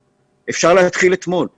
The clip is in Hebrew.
שאפשר היה להתחיל איתו כבר אתמול.